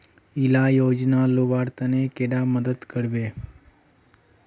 इला योजनार लुबार तने कैडा मदद करबे?